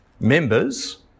members